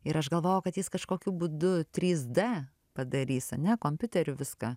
ir aš galvojau kad jis kažkokiu būdu trys d padarys ane kompiuteriu viską